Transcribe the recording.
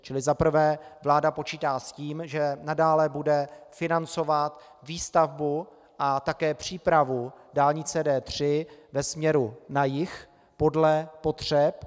Čili za prvé vláda počítá s tím, že nadále bude financovat výstavbu a také přípravu dálnice D3 ve směru na jih podle potřeb.